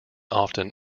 often